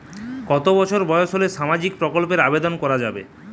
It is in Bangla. কত বছর বয়স হলে সামাজিক প্রকল্পর আবেদন করযাবে?